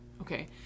Okay